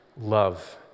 love